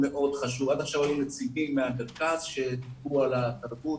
עד עכשיו היו נציגים מהמרכז שדיברו על התרבות,